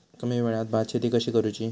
कमी वेळात भात शेती कशी करुची?